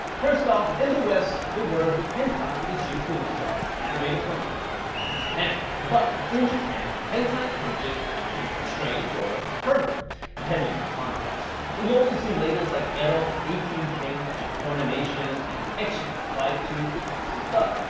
first off, in the west the word hentai is used to describe animated pornography from japan but in japan, hentai can just mean strange or pervert depending on the context. you also see labels like ero, eighteen kin, japornimation, and ecchi applied to sexy stuff.